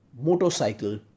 MOTORCYCLE